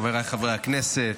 חבריי חברי הכנסת,